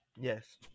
Yes